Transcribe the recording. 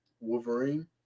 Wolverine